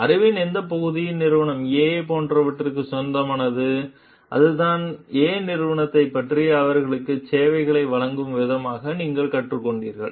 அறிவின் எந்தப் பகுதி நிறுவனமான A போன்றவற்றுக்குச் சொந்தமானது அதுதான் A நிறுவனத்தைப் பற்றி அவர்களுக்குச் சேவைகளை வழங்கும் விதமாக நீங்கள் கற்றுக்கொண்டீர்கள்